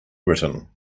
written